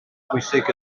bwysig